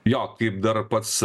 jo kaip dar pats